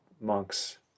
monks